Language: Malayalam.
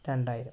രണ്ടായിരം